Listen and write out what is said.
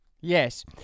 Yes